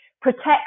protect